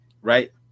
right